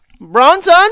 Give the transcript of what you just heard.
Bronson